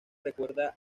recuerda